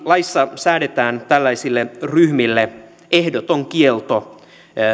laissa säädetään tällaisille ryhmille ehdoton kielto